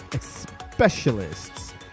specialists